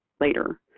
later